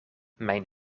mijn